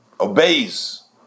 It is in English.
obeys